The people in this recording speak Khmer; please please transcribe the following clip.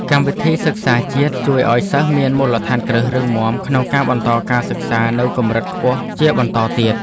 កម្មវិធីសិក្សាជាតិជួយឱ្យសិស្សមានមូលដ្ឋានគ្រឹះរឹងមាំក្នុងការបន្តការសិក្សានៅកម្រិតខ្ពស់ជាបន្តទៀត។